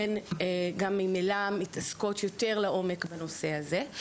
הן גם ממילא מתעסקות יותר לעומק בנושא הזה.